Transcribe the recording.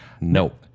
Nope